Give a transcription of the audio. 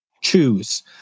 choose